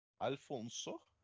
Alfonso